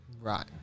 Right